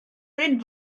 bryn